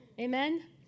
Amen